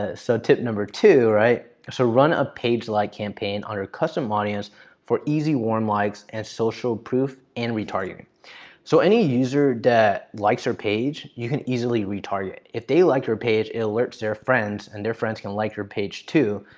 ah so tip number two, right? so run a page like campaign on your custom audience for easy warm likes and social proof and re-targeting. so any user that likes your page, you can easily re-target. if they like your page, it alerts their friends, and their friends can like your page too.